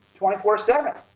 24-7